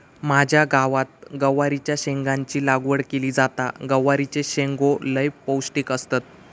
माझ्या गावात गवारीच्या शेंगाची लागवड केली जाता, गवारीचे शेंगो लय पौष्टिक असतत